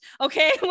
okay